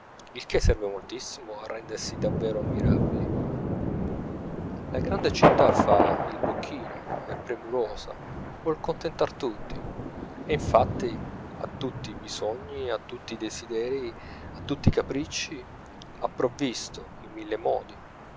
il che serve moltissimo a rendersi davvero ammirabili la grande città fa il bocchino è premurosa vuol contentar tutti e infatti a tutti i bisogni a tutti i desiderii a tutti i capricci ha provvisto in mille modi